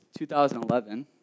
2011